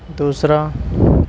دوسرا